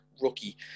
rookie